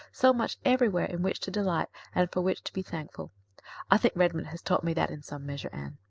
so much everywhere in which to delight, and for which to be thankful i think redmond has taught me that in some measure, anne.